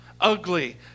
ugly